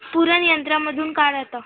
पुरणयंत्रामधून काढ आता